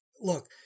Look